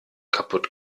kaputt